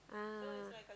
ah